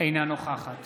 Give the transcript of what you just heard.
אינה נוכחת